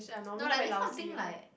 no like that kind of thing like